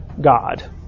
God